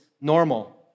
normal